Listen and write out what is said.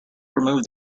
removed